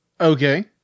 Okay